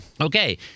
Okay